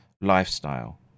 lifestyle